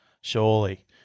surely